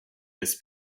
this